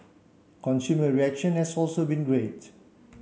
consumer reaction has also been great